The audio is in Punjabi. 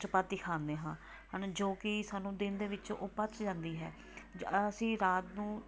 ਚਪਾਤੀ ਖਾਂਦੇ ਹਾਂ ਹੈ ਨਾ ਜੋ ਕਿ ਸਾਨੂੰ ਦਿਨ ਦੇ ਵਿੱਚ ਉਹ ਪਚ ਜਾਂਦੀ ਹੈ ਅਸੀਂ ਰਾਤ ਨੂੰ